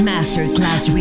Masterclass